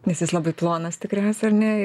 nes jis labai plonas tikriausiai ar ne